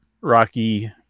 Rocky